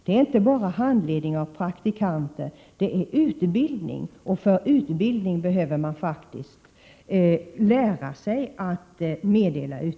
Det är inte bara handledning av praktikanter det rör sig om. Det rör sig om utbildning, och för att meddela utbildning behöver man faktiskt lära sig det.